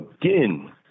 again